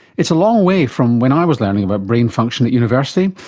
it's a long way from when i was learning about brain function at university.